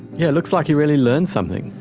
yeah looks like he really learned something.